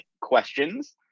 questions